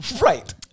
Right